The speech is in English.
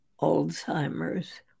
Alzheimer's